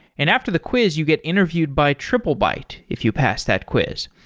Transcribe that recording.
and after the quiz you get interviewed by triplebyte if you pass that quiz.